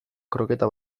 kroketa